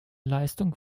leistung